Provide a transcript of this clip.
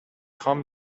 خوام